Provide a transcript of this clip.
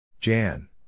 Jan